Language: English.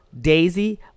Daisy